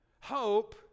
Hope